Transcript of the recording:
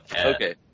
okay